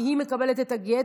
כי היא מקבלת את הגט.